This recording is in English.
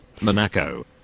Monaco